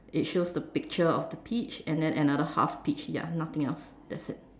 it shows the picture of the peach and then another half peach ya nothing else that's it